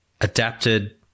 adapted